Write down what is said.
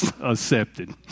accepted